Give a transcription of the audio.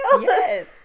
Yes